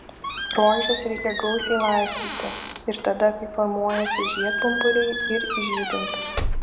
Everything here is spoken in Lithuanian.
rožes reikia gausiai laistyti ir tada kai formuojasi žiedpumpuriai ir žydint